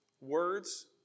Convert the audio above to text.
words